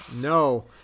No